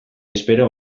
espero